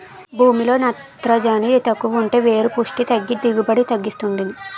భూమిలో నత్రజని తక్కువుంటే వేరు పుస్టి తగ్గి దిగుబడిని తగ్గిస్తుంది